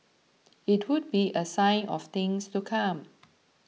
it would be a sign of things to come